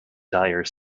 dire